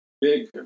big